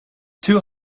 two